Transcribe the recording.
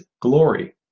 glory